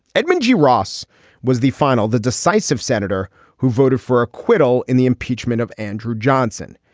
edmund g. ross was the final, the decisive senator who voted for acquittal in the impeachment of andrew johnson.